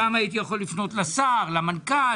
פעם הייתי יכול לפנות לשר או למנכ"ל.